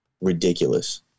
ridiculous